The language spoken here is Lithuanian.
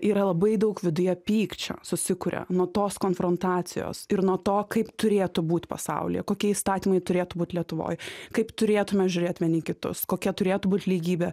yra labai daug viduje pykčio susikuria nuo tos konfrontacijos ir nuo to kaip turėtų būt pasaulyje kokie įstatymai turėtų būt lietuvoj kaip turėtume žiūrėt vieni į kitus kokia turėtų būt lygybė